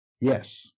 Yes